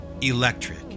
electric